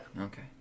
Okay